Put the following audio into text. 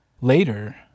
Later